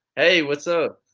hey, what's up?